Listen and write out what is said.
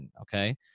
Okay